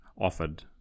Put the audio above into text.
offered